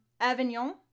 Avignon